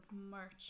March